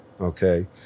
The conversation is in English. okay